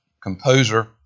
composer